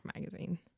magazine